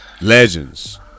Legends